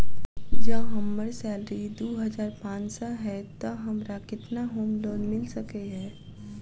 जँ हम्मर सैलरी दु हजार पांच सै हएत तऽ हमरा केतना होम लोन मिल सकै है?